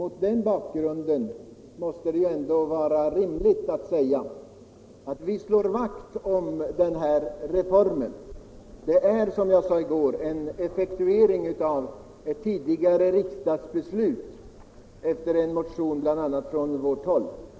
Mot den bakgrunden måste det vara rimligt att säga att vi slår vakt om reformen. Det är, som jag sade i går, en effektuering av ett tidigare riksdagsbeslut, bl.a. efter en motion från vårt håll.